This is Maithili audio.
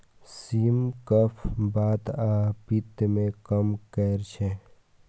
सिम कफ, बात आ पित्त कें कम करै छै